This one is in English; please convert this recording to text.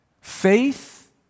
faith